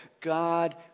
God